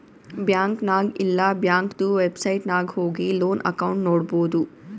bank ನಾಗ್ ಇಲ್ಲಾ ಬ್ಯಾಂಕ್ದು ವೆಬ್ಸೈಟ್ ನಾಗ್ ಹೋಗಿ ಲೋನ್ ಅಕೌಂಟ್ ನೋಡ್ಬೋದು